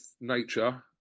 nature